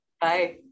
Bye